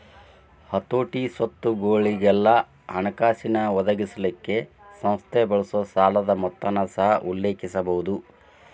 ಹತೋಟಿ, ಸ್ವತ್ತುಗೊಳಿಗೆಲ್ಲಾ ಹಣಕಾಸಿನ್ ಒದಗಿಸಲಿಕ್ಕೆ ಸಂಸ್ಥೆ ಬಳಸೊ ಸಾಲದ್ ಮೊತ್ತನ ಸಹ ಉಲ್ಲೇಖಿಸಬಹುದು